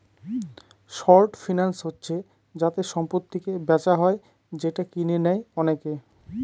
short finance হচ্ছে যাতে সম্পত্তিকে বেচা হয় যেটা কিনে নেয় অনেকে